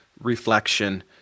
reflection